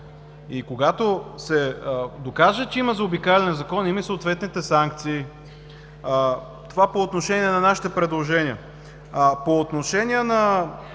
Когато се докаже, че има заобикаляне на закона, има и съответните санкции. Това по отношение на нашите предложения. По отношение на